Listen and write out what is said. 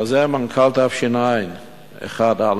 חוזר מנכ"ל תש"ע 1א,